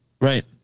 Right